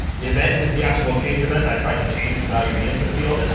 event is the actual change event. i tried to change the value of the input field.